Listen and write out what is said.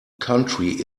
country